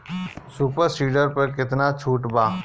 Super seeder पर केतना छूट बा?